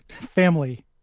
family